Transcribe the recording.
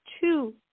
two